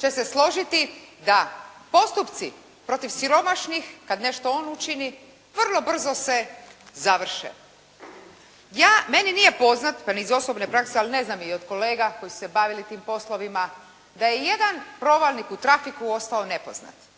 će se složiti da postupci protiv siromašnih kad nešto on učini vrlo brzo se završe. Meni nije poznat, pa ni iz osobne prakse, ali ne znam i od kolega koji su se bavili tom poslovima da je ijedan provalnik u trafiku ostao nepoznat.